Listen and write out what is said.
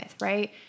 right